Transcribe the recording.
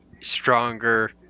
stronger